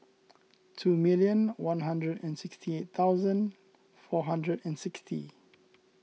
two million one hundred and sixty eight thousand four hundred and sixty